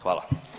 Hvala.